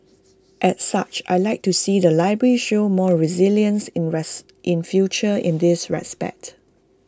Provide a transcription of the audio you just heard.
as such I Like to see the library show more resilience in the in future in this respect